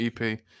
EP